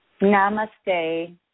Namaste